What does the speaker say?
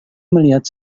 melihat